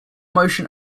motion